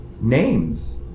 names